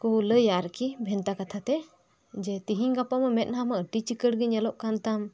ᱠᱩ ᱞᱟᱹᱭᱟ ᱟᱨᱠᱤ ᱵᱷᱮᱱᱛᱟ ᱠᱟᱛᱷᱟ ᱛᱮ ᱡᱮ ᱛᱦᱤᱧ ᱜᱟᱯᱟ ᱢᱟ ᱢᱮᱫᱦᱟ ᱢᱟ ᱟᱹᱰᱤ ᱪᱤᱠᱟᱹᱲ ᱜᱮ ᱧᱮᱞᱚᱜ ᱠᱟᱱ ᱛᱟᱢ